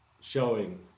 showing